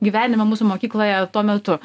gyvenime mūsų mokykloje tuo metu